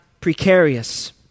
precarious